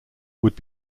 would